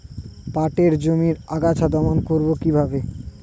পাটের জমির আগাছা দমন করবো কিভাবে?